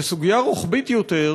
וסוגיה רוחבית יותר,